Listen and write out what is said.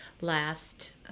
last